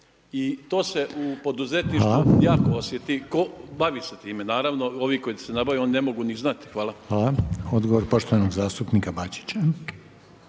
i to se u poduzetničkom jako osjeti, tko bavi se time naravno, ovi koji se ne bave, oni ne mogu ni znat. Hvala. **Reiner, Željko (HDZ)** Hvala. Odgovor poštovanog zastupnika Bačića.